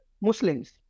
Muslims